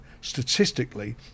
statistically